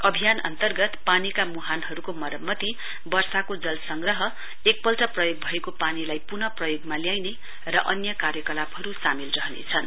अभियान अनतर्गत पानीका मुहानहरूको मरम्मति वर्षाको जल संग्रह एकपल्ट प्रयोग भएको पानीलाई पुनः प्रयोगमा ल्याइने र अन्य कार्यकलापहरू सामेल रहनेछन्